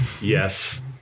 Yes